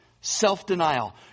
Self-denial